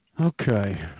Okay